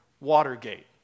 Watergate